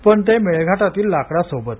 पण ते मेळघाटातील लाकडा सोबत